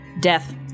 Death